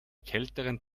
kälteren